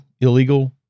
illegal